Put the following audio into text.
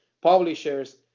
publishers